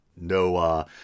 No